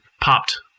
popped